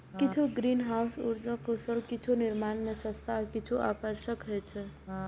किछु ग्रीनहाउस उर्जा कुशल, किछु निर्माण मे सस्ता आ किछु आकर्षक होइ छै